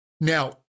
Now